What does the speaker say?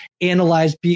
analyze